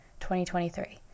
2023